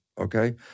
okay